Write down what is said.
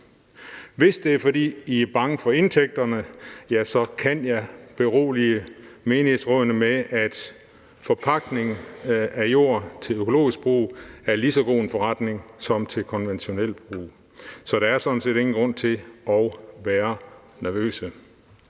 Hvis det er, fordi I er bange for indtægterne, ja, så kan jeg berolige menighedsrådene med, at forpagtning af jord til økologisk brug er lige så god en forretning som jord til konventionel brug. Så der er sådan set ingen grund til at være nervøse.